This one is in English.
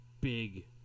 big